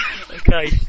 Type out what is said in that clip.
Okay